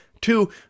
two